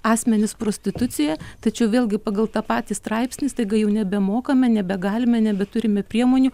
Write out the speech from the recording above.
asmenis prostitucija tačiau vėlgi pagal tą patį straipsnį staiga jau nebemokame nebegalime nebeturime priemonių